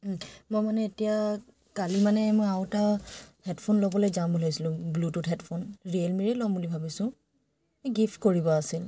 মই মানে এতিয়া কালি মানে মই আৰু এটা হেডফোন ল'বলৈ যাম বুলি ভাবিছিলোঁ ব্লুটুথ হেডফোন ৰিয়েল মিৰে ল'ম বুলি ভাবিছোঁ এই গিফ্ট কৰিব আছিল